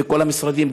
מכל המשרדים,